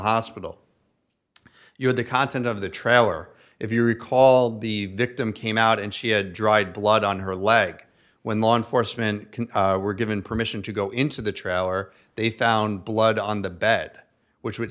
hospital you're the content of the trailer if you recall the victim came out and she had dried blood on her leg when law enforcement were given permission to go into the trailer they found blood on the bed which would